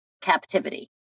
captivity